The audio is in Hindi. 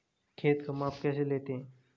खेत का माप कैसे लेते हैं?